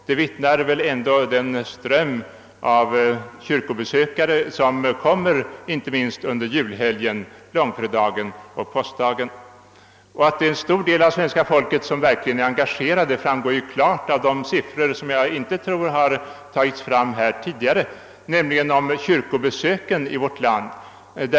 Det vittnar väl ändå den ström av kyrkobesökare om, som kommer inte minst under julhelgen, på långfredagen och påskdagen. Att en stor del av svenska folket verkligen är enga gerad framgår klart av siffrorna beträffande kyrkobesöken i vårt land som, såvitt jag vet, inte nämnts tidigare, men som redovisats av kyrka—stat-utredningen.